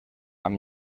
amb